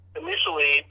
initially